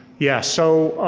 yeah, so,